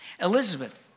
Elizabeth